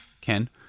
Ken